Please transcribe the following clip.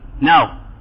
Now